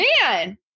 man